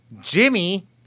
Jimmy